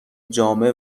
جامعه